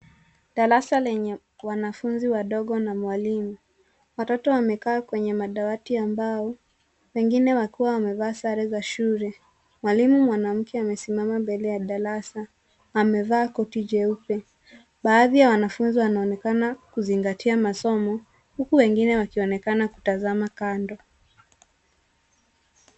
Darasa lenye wanafunzi wadogo na mwalimu. Watoto wamekaa kwenye madawati ya mbao, wengine wakiwa wamevaa sare za shule. Mwalimu mwanamke amesimama mbele ya darasa, amevaa koti jeupe. Baashi ya wanafunzi wanaonekana kuzingatia masomo, huku wengine wakionekana kutazama kando.